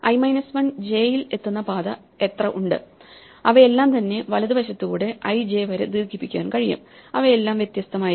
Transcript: i 1 j യിൽ എത്തുന്ന എത്ര പാത ഉണ്ട് അവയെല്ലാം തന്നെ വലത് വശത്തു കൂടെ I J വരെ ദീർഘിപ്പിക്കാൻ കഴിയും അവയെല്ലാം വ്യത്യസ്തമായിരിക്കും